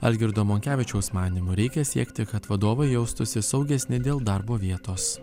algirdo monkevičiaus manymu reikia siekti kad vadovai jaustųsi saugesni dėl darbo vietos